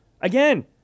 again